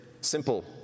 simple